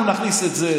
אנחנו נכניס את זה.